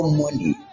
money